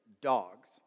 dogs